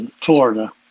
Florida